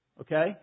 Okay